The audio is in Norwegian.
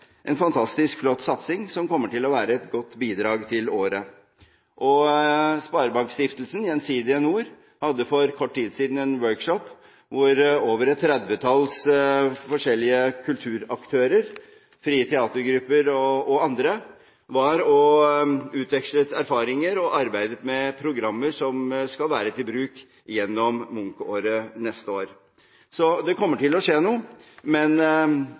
en fantastisk flott satsing, som kommer til å være et godt bidrag til året. Sparebankstiftelsen Gjensidige NOR hadde for kort tid siden en workshop hvor over et trettitalls forskjellige kulturaktører, frie teatergrupper og andre utvekslet erfaringer og arbeidet med programmer som skal være til bruk gjennom Munch-året neste år. Så det kommer til å skje noe. Men